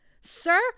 sir